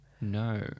No